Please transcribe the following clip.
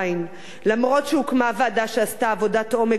אף שהוקמה ועדה שעשתה עבודת עומק בנושא